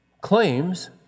claims